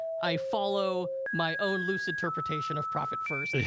i follow my own loose interpretation of profit first.